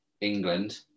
England